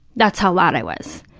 that's how loud i was.